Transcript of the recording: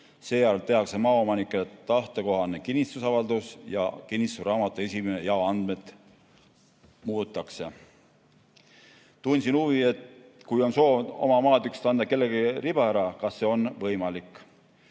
Seejärel tehakse maaomanike tahte kohane kinnistusavaldus ja kinnistusraamatu andmed muudetakse. Tundsin huvi, et kui on soov oma maatükist anda kellelegi riba ära, siis kas see on võimalik.